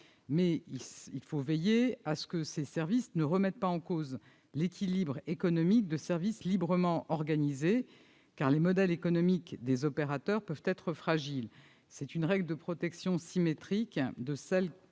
mais il faut veiller à ce que ces services ne remettent pas en cause l'équilibre économique de services librement organisés, car les modèles économiques des opérateurs peuvent être fragiles. C'est une règle de protection symétrique de celle